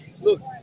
Look